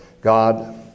God